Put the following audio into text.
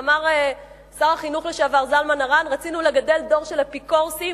אמר שר החינוך לשעבר זלמן ארן: רצינו לגדל דור של אפיקורסים,